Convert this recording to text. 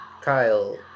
Kyle